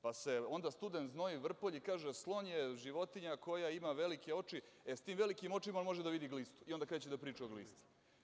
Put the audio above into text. Pa, se onda student znoji, vrpolji i kaže – slon je životinja koja ima velike oči, e sa tim veliki očima on može da vidi glistu i onda kreće da priča o glisti.